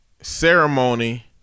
ceremony